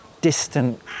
distant